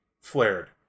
flared